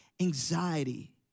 anxiety